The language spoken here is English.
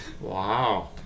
Wow